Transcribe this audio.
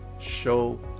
Show